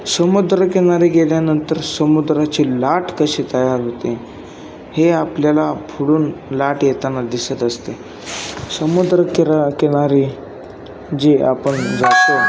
समुद्रकिनारी गेल्यानंतर समुद्राची लाट कशी तयार होते हे आपल्याला पुढून लाट येताना दिसत असते समुद्रकिरा किनारी जी आपण जातो